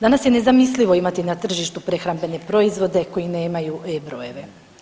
Danas je nezamislivo imati na tržištu prehrambene proizvode koji nemaju E brojeve.